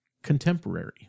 contemporary